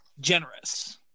generous